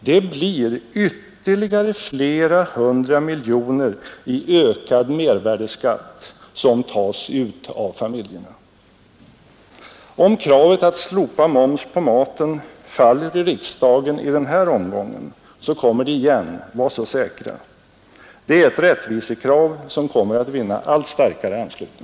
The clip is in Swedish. Det blir ytterligare flera hundra miljoner i ökad mervärdeskatt, som tas ut av familjerna. Om kravet att slopa moms på maten faller i riksdagen i den här omgången, så kommer det igen, var så säkra. Det är ett rättvisekrav, som kommer att vinna allt starkare anslutning.